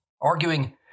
arguing